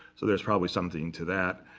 so there's probably something to that.